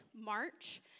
march